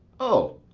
o,